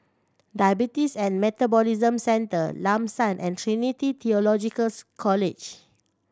Diabetes and Metabolism Centre Lam San and Trinity Theological College